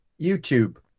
YouTube